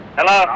Hello